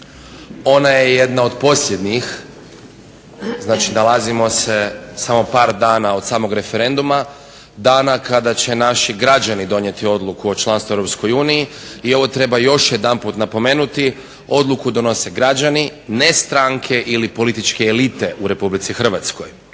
Ona je jedna od posljednjih. Znači, nalazimo se samo par dana od samog referenduma, dana kada će naši građani donijeti odluku o članstvu u Europskoj uniji. I ovo treba još jedanput napomenuti – odluku donose građani, ne stranke ili političke elite u Republici Hrvatskoj.